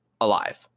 alive